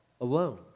alone